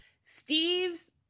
Steve's